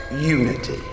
unity